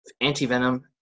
anti-venom